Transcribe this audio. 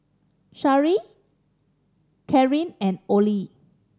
Sherrie Cathryn and Oley